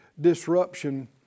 disruption